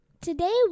Today